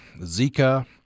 Zika